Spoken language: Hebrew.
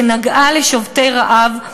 שנגעה בשובתי רעב,